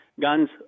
guns